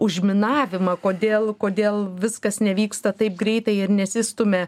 užminavimą kodėl kodėl viskas nevyksta taip greitai ir nesistumia